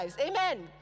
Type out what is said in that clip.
Amen